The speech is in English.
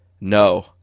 no